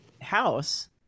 house